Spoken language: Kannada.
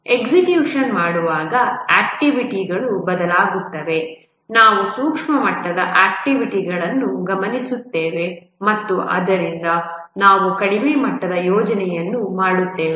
ಎಕ್ಸಿಕ್ಯುಷನ್ ಮಾಡುವಾಗ ಆಕ್ಟಿವಿಟಿಗಳು ಬದಲಾಗುತ್ತವೆ ನಾವು ಸೂಕ್ಷ್ಮ ಮಟ್ಟದ ಆಕ್ಟಿವಿಟಿಗಳನ್ನು ಗಮನಿಸುತ್ತೇವೆ ಮತ್ತು ಆದ್ದರಿಂದ ನಾವು ಕಡಿಮೆ ಮಟ್ಟದ ಯೋಜನೆಯನ್ನು ಮಾಡುತ್ತೇವೆ